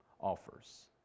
offers